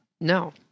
No